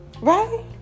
right